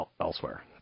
elsewhere